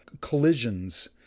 collisions